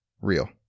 Real